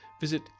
visit